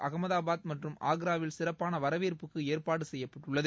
அகமதாபாத் மற்றும் ஆக்ராவில் சிறப்பான வரவேற்புக்கு ஏற்பாடு செய்யப்பட்டுள்ளது